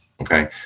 okay